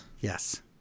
Yes